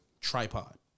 Tripod